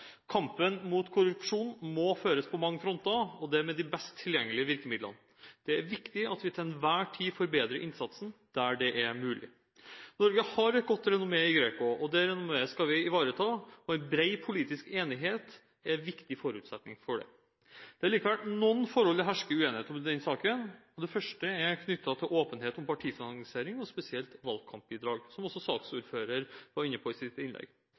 Kampen mot korrupsjon må føres på mange fronter og med de best tilgjengelige virkemidler. Det er viktig at vi til enhver tid forbedrer innsatsen der det er mulig. Norge har et godt renommé i GRECO. Det renommeet skal vi ivareta, og bred politisk enighet er en viktig forutsetning for det. Det er likevel noen forhold det hersker uenighet om i denne saken. Det første er knyttet til åpenhet om partifinansiering, og spesielt valgkampbidrag, som også saksordføreren var inne på i sitt innlegg.